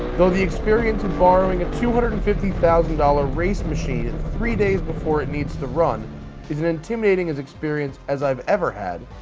though the experience of borrowing a two hundred and fifty thousand dollars race machine three days before it needs to run is an intimidating as experience as i've ever had.